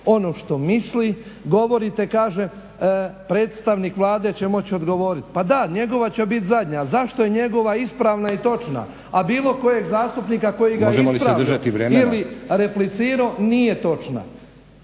ono što misli. Govorite kaže predstavnik Vlade će moći odgovorit, pa da njegova će bit zadnja, zašto je njegova ispravna i točna, a bilo kojeg zastupnika koji ga je ispravljao… **Stazić, Nenad